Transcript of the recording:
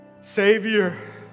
Savior